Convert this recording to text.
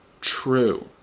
true